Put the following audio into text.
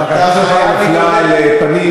הבקשה שלך נפלה על פנים נפולות.